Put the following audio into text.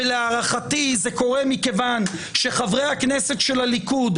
ולהערכתי זה קורה מכיוון שחברי הכנסת של הליכוד,